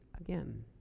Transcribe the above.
again